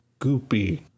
goopy